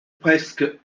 presque